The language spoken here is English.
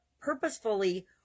purposefully